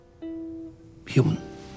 Human